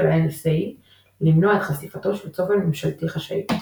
ה-NSA למנוע את חשיפתו של צופן ממשלתי חשאי.